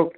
okay